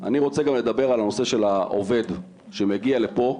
אני רוצה גם לדבר על הנושא של העובד, שמגיע לפה,